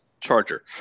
Charger